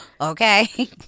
Okay